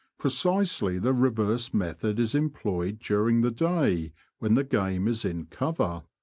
precisely the reverse method is employed during the day when the game is in cover.